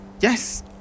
Yes